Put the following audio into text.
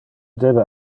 debe